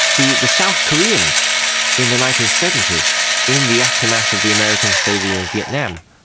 the the south koreans in the nineteen seventy s in the aftermath of the american failure in vietnam,